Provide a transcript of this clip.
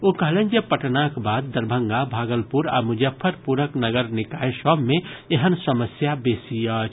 ओ कहलनि जे पटनाक बाद दरभंगा भागलपुर आ मुजफ्फरपुरक नगर निकाय सभ मे एहन समस्या बेसी अछि